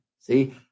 See